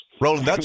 Roland